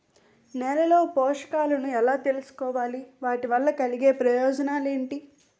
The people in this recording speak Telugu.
నేలలో పోషకాలను ఎలా తెలుసుకోవాలి? వాటి వల్ల కలిగే ప్రయోజనాలు ఏంటి?